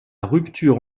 rupture